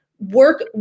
work